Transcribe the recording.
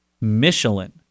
Michelin